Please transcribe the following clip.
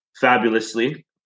fabulously